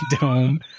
dome